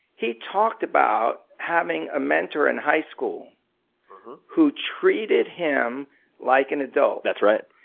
he talked about having a mentor in high school who treated him like an adult. that's right.